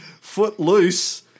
Footloose